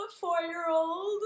four-year-old